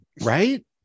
right